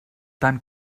tant